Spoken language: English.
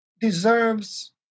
deserves